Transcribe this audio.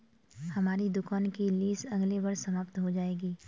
हमारी दुकान की लीस अगले वर्ष समाप्त हो जाएगी